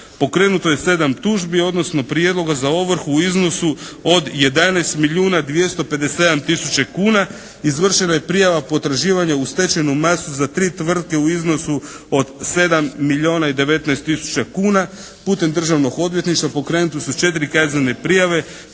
Pokrenuto je sedam tužbi odnosno prijedloga za ovrhu u iznosu od 11 milijuna 257 tisuća kuna, izvršena je prijava potraživanja u stečajnu masu za 3 tvrtke u iznosu od 7 milijuna i 19 tisuća kuna, putem državnog odvjetništva pokrenute su četiri kaznene prijave